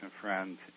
Friends